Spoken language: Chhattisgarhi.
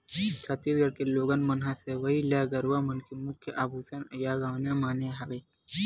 छत्तीसगढ़ के लोगन मन ह सोहई ल गरूवा मन के मुख्य आभूसन या गहना माने हवय